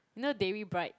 you know Dayre bride